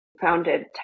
founded